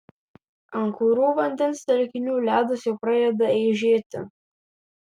ant kurių vandens telkinių ledas jau pradeda eižėti